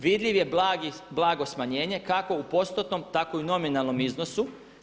Vidljiv je blagi, blago smanjenje kako u postotnom, tako i u nominalnom iznosu.